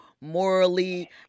morally